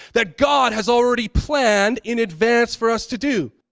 that god has already planned in advance for us to do.